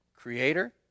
Creator